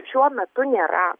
šiuo metu nėra